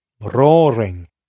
Roaring